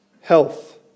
Health